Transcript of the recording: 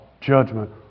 judgment